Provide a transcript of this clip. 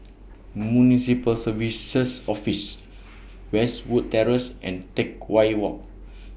Municipal Services Office Westwood Terrace and Teck Whye Walk